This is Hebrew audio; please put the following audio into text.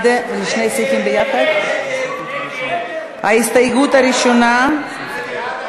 שלי יחימוביץ, סתיו שפיר, איציק שמולי, עמר בר-לב,